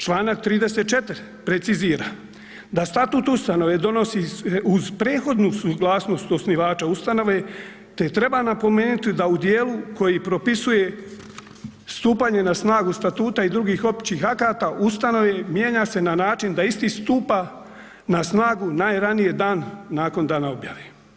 Članak 34. precizira da statut ustanove donosi uz prethodnu suglasnost osnivača ustanove te treba napomenuti da u dijelu koji propisuje stupanje na snagu statuta i drugih općih akata ustanove mijenja se na način da isti stupa na snagu najranije dan nakon dana objave.